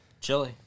Chili